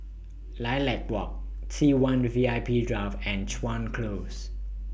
Lilac Walk T one V I P Drive and Chuan Close